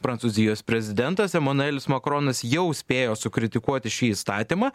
prancūzijos prezidentas emanuelis makronas jau spėjo sukritikuoti šį įstatymą